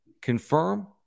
confirm